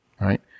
Right